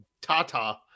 tata